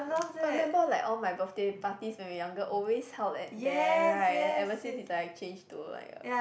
I remember like all my birthday parties when we younger always held at there right and ever since it like changed to like a